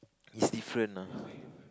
is different ah